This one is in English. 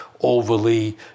overly